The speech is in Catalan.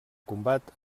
combat